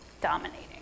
dominating